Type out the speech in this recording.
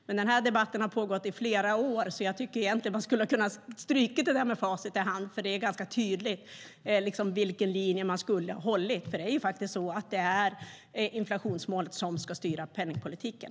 Men den här debatten har pågått i flera år. Därför hade man kunnat stryka det där med facit i hand. Det är ganska tydligt vilken linje som skulle ha hållits. Det är inflationsmålet som ska styra penningpolitiken.